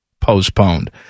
postponed